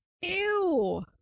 Ew